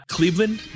Cleveland